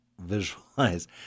visualize